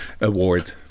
award